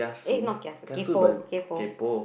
eh not kiasu kaypo kaypo